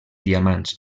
diamants